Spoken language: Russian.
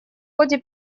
ходе